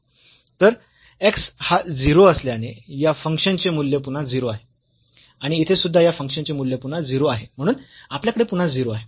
तर x हा 0 असल्याने या फंक्शन चे मूल्य पुन्हा 0 आहे आणि येथे सुद्धा या फंक्शनचे मूल्य पुन्हा 0 आहे म्हणून आपल्याकडे पुन्हा 0 आहे